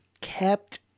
kept